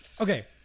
Okay